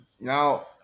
now